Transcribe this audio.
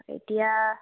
এতিয়া